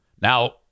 Now